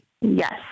Yes